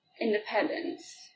independence